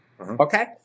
Okay